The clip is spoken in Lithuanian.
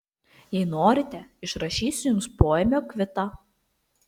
jei norite išrašysiu jums poėmio kvitą